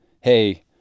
hey